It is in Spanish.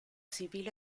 civil